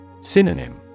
Synonym